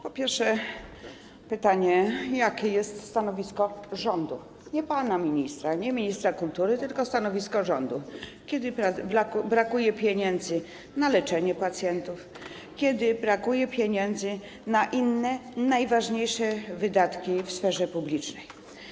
Po pierwsze pytanie: Jakie jest stanowisko rządu - nie pana ministra, nie ministra kultury, tylko stanowisko rządu - kiedy brakuje pieniędzy na leczenie pacjentów, kiedy brakuje pieniędzy na inne najważniejsze wydatki w sferze publicznej?